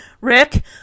Rick